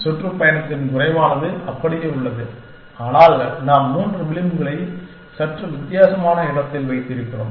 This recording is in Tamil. சுற்றுப்பயணத்தின் குறைவானது அப்படியே உள்ளது ஆனால் நாம் மூன்று விளிம்புகளை சற்று வித்தியாசமான இடத்தில் வைத்திருக்கிறோம்